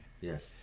Yes